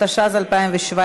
התשע"ז 2017,